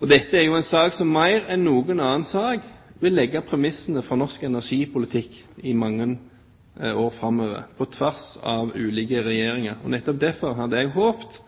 Dette er jo en sak som mer enn noen annen sak vil legge premissene for norsk energipolitikk i mange år framover, på tvers av ulike regjeringer. Nettopp derfor hadde jeg